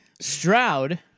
Stroud